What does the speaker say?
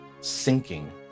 sinking